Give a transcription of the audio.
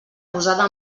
posada